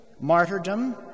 martyrdom